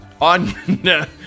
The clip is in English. on